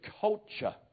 culture